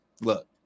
look